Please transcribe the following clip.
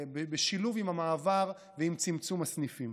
בשילוב עם המעבר ועם צמצום הסניפים.